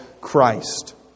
Christ